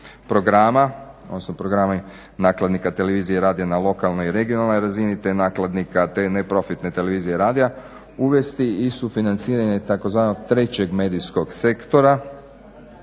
programa, odnosno programa nakladnika televizije i radija na lokalnoj i regionalnoj razini te nakladnika te neprofitne televizije i radija uvesti i sufinanciranje i tzv. "trećeg medijskog sektora"